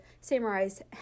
samurai's